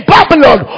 Babylon